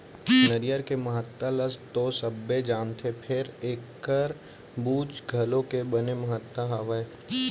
नरियर के महत्ता ल तो सबे जानथें फेर एकर बूच घलौ के बने महत्ता हावय